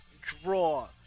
Draw